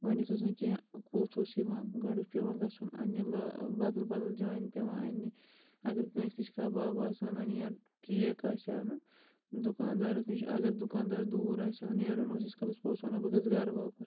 گۄڈٕنیٚتھ اوس نہٕ کیٚنٛہہ پوٚژھ اوس یِوان گۄڈٕ اوس پیٚوان گژھُن اَننہِ لا بدل بدل جایَن پیٚوان اَننہِ اگر کٲنٛسہِ نِش کَبابہٕ آسہٕ ہان اَنٕنۍ یا کیک آسہِ ہا اَنُن دُکاندارس نِش اگر دُکاندار دوٗر آسہِ ہا نیرُن اوس ییٖتِس کالَس پوٚژھ اوس وَنان بہٕ گژھہٕ گھرٕ واپَس